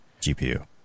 GPU